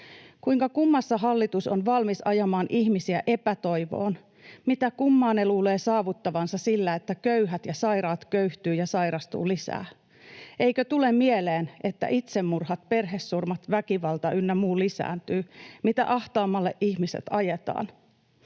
Kuinka kummassa hallitus on valmis ajamaan ihmisiä epätoivoon? Mitä kummaa ne luulevat saavuttavansa sillä, että köyhät ja sairaat köyhtyvät ja sairastuvat lisää? Eikö tule mieleen, että itsemurhat, perhesurmat, väkivalta ynnä muu lisääntyy, mitä ahtaammalle ihmiset ajetaan?